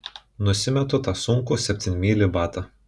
nusimetu tą sunkų septynmylį batą